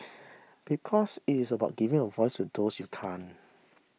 because it is about giving a voice to those you can't